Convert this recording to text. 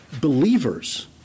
believers